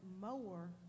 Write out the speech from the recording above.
more